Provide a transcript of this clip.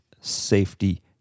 safety